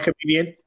comedian